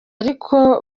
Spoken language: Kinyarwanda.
ariko